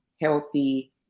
healthy